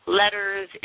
letters